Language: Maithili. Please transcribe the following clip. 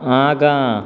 आगाँ